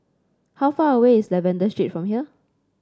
how far away is Lavender Street from here